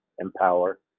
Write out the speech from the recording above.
empower